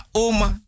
oma